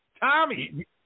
Tommy